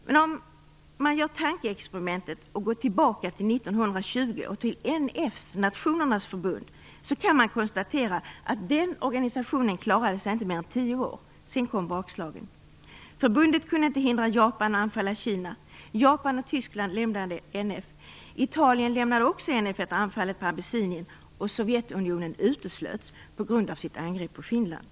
Men om man gör ett tankeexperiment och går tillbaka till 1920 och NF, Nationernas förbund, kan man konstatera att den organisationen inte klarade sig mer än tio år. Sedan kom bakslagen. Förbundet kunde inte hindra Japan från att anfalla Kina. Japan och Tyskland lämnade NF. Italien lämnade också NF efter anfallet på Abessinien. Och Sovjetunionen uteslöts på grund av sitt angrepp på Finland.